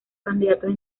candidatos